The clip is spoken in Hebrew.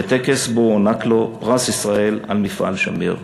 בטקס שבו הוענק לו פרס ישראל על מפעל חיים.